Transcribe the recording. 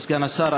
כבוד סגן השר,